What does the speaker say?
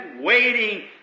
waiting